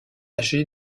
âgé